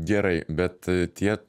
gerai bet tie